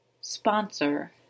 Sponsor